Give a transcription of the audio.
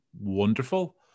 wonderful